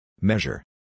Measure